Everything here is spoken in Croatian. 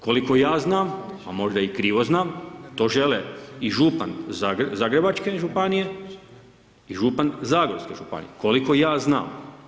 Koliko ja znam a možda i krivo znam to žele i župan Zagrebačke županije i župan Zagorske županije, koliko ja znam.